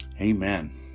Amen